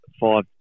five